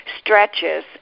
stretches